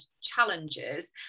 challenges